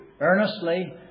earnestly